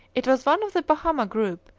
it was one of the bahama group,